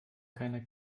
keiner